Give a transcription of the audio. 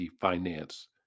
finance